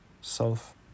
self